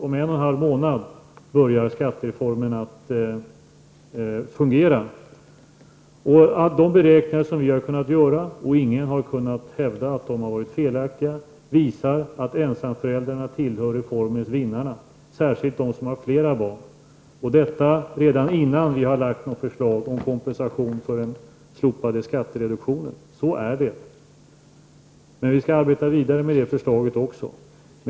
Om en och en halv månad börjar skattereformen att fungera. De beräkningar som vi har kunnat göra -- och ingen har kunnat hävda att de har varit felaktiga -- visar att ensamföräldrarna tillhör reformens vinnare, särskilt de som har flera barn, och det redan innan regeringen har lagt fram något förslag om kompensation för den slopade skattereduktionen. Så är det. Men vi skall arbeta vidare med det förslaget också.